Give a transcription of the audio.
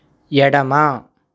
ఎడమ